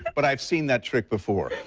but i've seen that trick before.